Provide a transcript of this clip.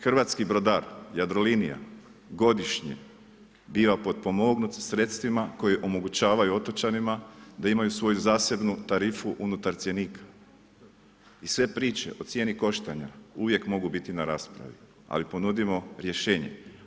Hrvatski brodar, Jadrolinija godišnje biva potpomognut sa sredstvima koje omogućavaju otočanima da imaju svoju zasebnu tarifu unutar cjenika i sve priče o cijeni koštanja uvijek mogu biti na raspravi, ali ponudimo rješenje.